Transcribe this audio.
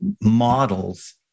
models